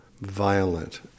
violent